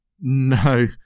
No